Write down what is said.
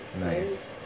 Nice